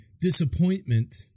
disappointment